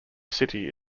city